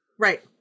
Right